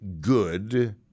good